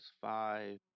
five